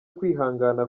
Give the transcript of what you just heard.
kwihangana